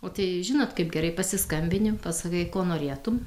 o tai žinot kaip gerai pasiskambini pasakai ko norėtum